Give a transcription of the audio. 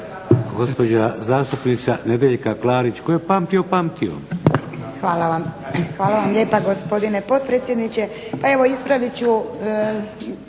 (HDZ)** Hvala vam lijepa, gospodine potpredsjedniče. Pa evo ispravit ću